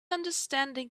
understanding